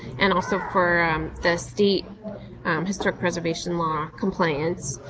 and also for um the state historic preservation law compliance.